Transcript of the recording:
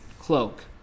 cloak